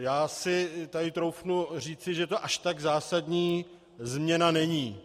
Já si tady troufnu říci, že to až tak zásadní změna není.